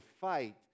fight